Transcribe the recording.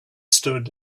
stood